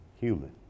human